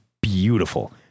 beautiful